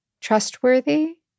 trustworthy